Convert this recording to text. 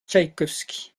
tchaïkovski